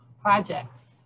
projects